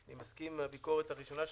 אני מסכים עם הביקורת הראשונה שלך,